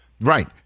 right